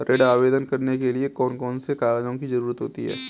ऋण आवेदन करने के लिए कौन कौन से कागजों की जरूरत होती है?